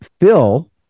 Phil